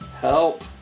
Help